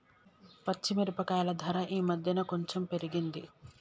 పచ్చి మిరపకాయల ధర ఈ మధ్యన కొంచెం పెరిగింది